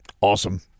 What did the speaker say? Awesome